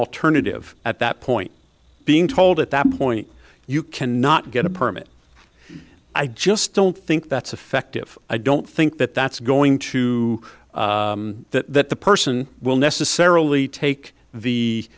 alternative at that point being told at that point you can not get a permit i just don't think that's effective i don't think that that's going to that person will necessarily take the